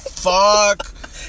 Fuck